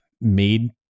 made